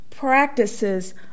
Practices